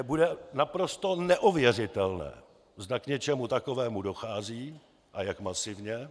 Bude naprosto neověřitelné, zda k něčemu takovému dochází a jak masivně.